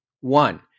one